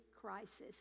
crisis